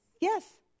Yes